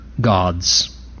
gods